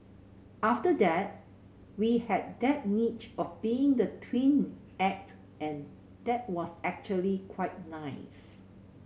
after that we had that niche of being the twin act and that was actually quite nice